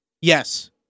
Yes